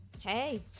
Hey